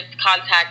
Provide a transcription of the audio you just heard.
contact